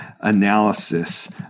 analysis